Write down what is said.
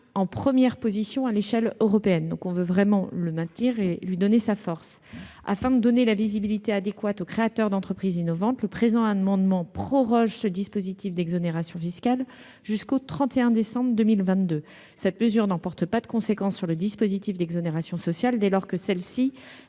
en première position, à l'échelle européenne. Nous voulons donc vraiment le maintenir et lui donner toute sa force. Afin de donner la visibilité adéquate aux créateurs d'entreprises innovantes, le présent amendement tend à proroger ce dispositif d'exonérations fiscales jusqu'au 31 décembre 2022. Cette mesure n'emporte pas de conséquence sur le dispositif d'exonération sociale, puisque celle-ci